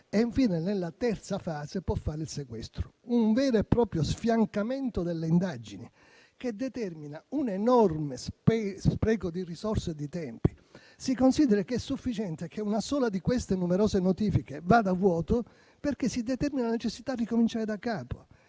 e infine, nella terza fase, può fare il sequestro. Un vero e proprio sfiancamento delle indagini, che determina un enorme spreco di risorse e di tempi. Si consideri che è sufficiente che una sola di queste numerose notifiche vada a vuoto, perché si determini la necessità di ricominciare da capo.